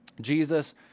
Jesus